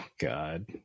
god